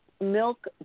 milk